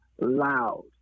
loud